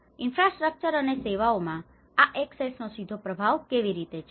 infrastructure અને સેવાઓમાં આ એક્સેસનો સીધો પ્રભાવ કેવી રીતે છે